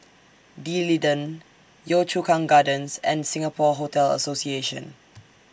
D'Leedon Yio Chu Kang Gardens and Singapore Hotel Association